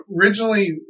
originally